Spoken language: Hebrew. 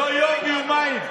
לא יום ולא יומיים.